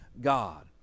God